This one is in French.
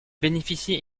bénéficie